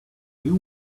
you